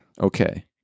Okay